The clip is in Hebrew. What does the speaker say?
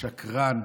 שקרן,